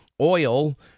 oil